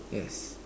yes